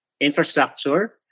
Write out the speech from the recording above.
infrastructure